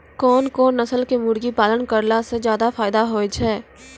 कोन कोन नस्ल के मुर्गी पालन करला से ज्यादा फायदा होय छै?